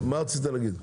מה רצית להגיד?